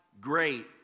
great